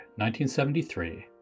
1973